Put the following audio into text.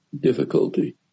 difficulty